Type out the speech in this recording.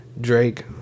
Drake